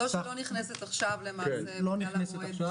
זו שלא נכנסת עכשיו למעשה --- לא נכנסת עכשיו.